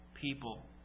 people